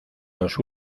los